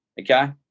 okay